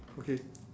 okay